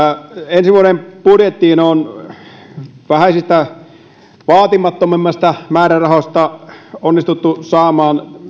ensi vuoden budjettiin on vähäisistä vaatimattomammista määrärahoista onnistuttu saamaan